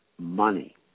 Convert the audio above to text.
money